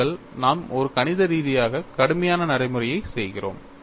பாருங்கள் நாம் ஒரு கணித ரீதியாக கடுமையான நடைமுறையை செய்கிறோம்